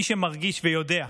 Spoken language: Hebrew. מי שמרגיש ויודע,